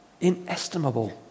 Inestimable